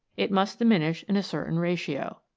it must diminish in a certain ratio.